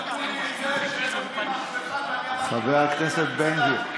זה לא כזה רע, חבר הכנסת בן גביר.